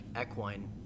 equine